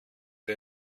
der